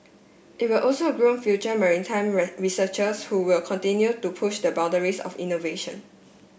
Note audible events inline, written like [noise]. it will also groom future maritime [unintelligible] researchers who will continue to push the boundaries of innovation